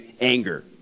anger